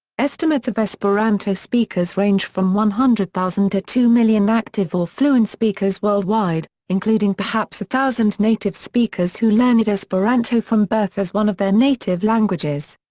estimates of esperanto speakers range from one hundred thousand to two million active or fluent speakers worldwide, including perhaps a thousand native speakers who learned esperanto from birth as one of their native languages.